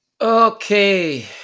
Okay